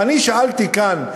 אני שאלתי כאן,